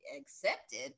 accepted